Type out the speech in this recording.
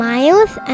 Miles